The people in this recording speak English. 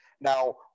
Now